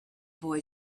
boy